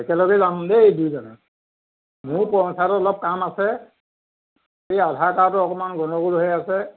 একেলগে যাম দেই দুইজনে মোৰো পঞ্চায়তত অলপ কাম আছে এই আধাৰ কাৰ্ডৰ অকণমান গণ্ডগোল হৈ আছে